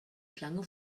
schlange